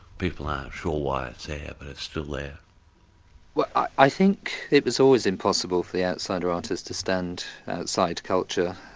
people aren't sure why it's there, but it's still there. well i think it was always impossible for the outsider artist to stand outside culture,